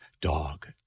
Dog